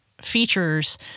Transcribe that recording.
features